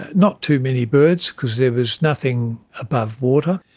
and not too many birds because there was nothing above water,